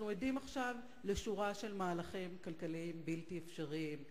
אנחנו עדים עכשיו לשורה של מהלכים כלכליים בלתי אפשריים,